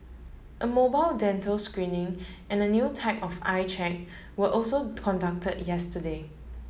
a mobile dental screening and a new type of eye check were also conduct yesterday